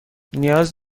نیاز